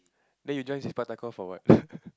then you join Sepak takraw for what